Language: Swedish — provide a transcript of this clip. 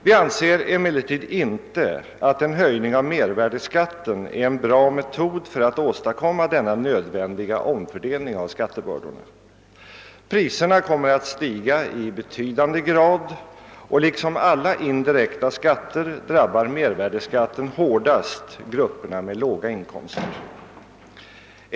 Vi anser emellertid inte att en höjning av mervärdeskatten är en bra metod för att åstadkomma denna nödvändiga omfördelning av skattebördorna. Priserna kommer att stiga i betydande grad, och liksom alla indirekta skatter drabbar mervärdeskatten hårdast grupperna med låga inkomster.